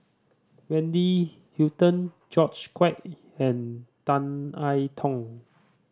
Wendy Hutton George Quek and Tan I Tong